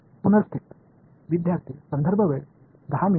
மாணவர் எதைக்கொண்டு மாற்றலாம்